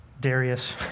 Darius